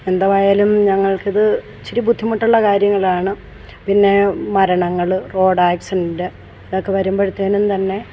എന്തായാലും ഞങ്ങൾക്കിത് ഇച്ചിരിബുദ്ധിമുട്ടുള്ള കാര്യങ്ങളാണ് പിന്നെ മരണങ്ങൾ റോഡ് ആക്സിഡൻറ്റ് ഇതൊക്കെ വരുമ്പോഴത്തേനും തന്നെ നമുക്ക്